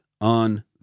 on